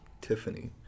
tiffany